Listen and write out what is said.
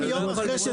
יושב הראש,